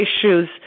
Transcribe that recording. issues